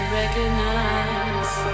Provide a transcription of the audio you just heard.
recognize